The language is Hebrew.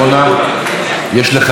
יש לך עד עשר דקות.